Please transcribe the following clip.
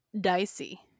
dicey